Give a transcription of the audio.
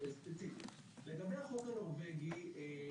ספציפית לגבי החוק הנורבגי,